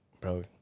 bro